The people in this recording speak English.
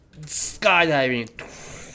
skydiving